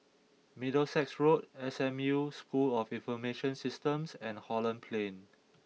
Middlesex Road S M U School of Information Systems and Holland Plain